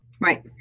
Right